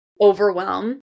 overwhelm